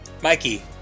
Mikey